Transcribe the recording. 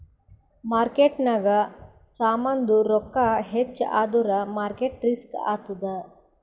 ಮಾರ್ಕೆಟ್ನಾಗ್ ಸಾಮಾಂದು ರೊಕ್ಕಾ ಹೆಚ್ಚ ಆದುರ್ ಮಾರ್ಕೇಟ್ ರಿಸ್ಕ್ ಆತ್ತುದ್